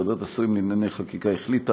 ועדת השרים לענייני חקיקה החליטה,